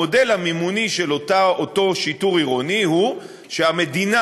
המודל המימוני של אותו שיטור עירוני הוא שהמדינה,